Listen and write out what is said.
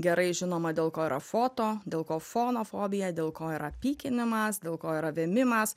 gerai žinoma dėl ko yra foto dėl ko fonofobija dėl ko yra pykinimas dėl ko yra vėmimas